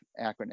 acronym